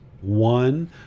One